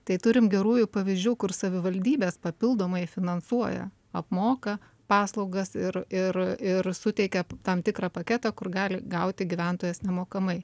tai turim gerųjų pavyzdžių kur savivaldybės papildomai finansuoja apmoka paslaugas ir ir ir suteikia tam tikrą paketą kur gali gauti gyventojas nemokamai